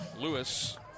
Lewis